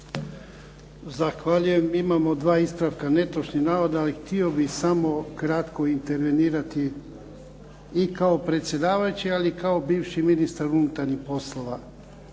Zahvaljujem. Imamo dva ispravka netočnih navoda. Htio bih samo kratko intervenirati i kao predsjedavajući, ali i kao bivši ministar unutarnjih poslova.